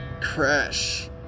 crash